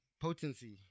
potency